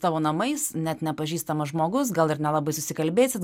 tavo namais net nepažįstamas žmogus gal ir nelabai susikalbėsit